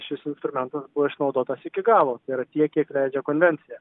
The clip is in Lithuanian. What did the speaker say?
šis instrumentas buvo išnaudotas iki galo tai yra tiek kiek leidžia konvencija